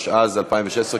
התשע"ז 2016,